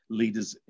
leaders